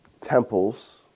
temples